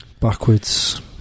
Backwards